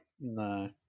No